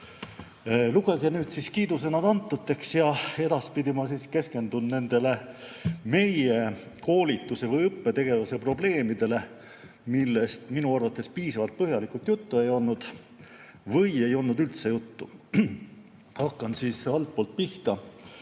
Lugege nüüd siis kiidusõnad antuteks ja edaspidi ma keskendun nendele meie koolituse või õppetegevuse probleemidele, millest minu arvates piisavalt põhjalikult juttu ei olnud või ei olnud üldse juttu. Hakkan altpoolt pihta.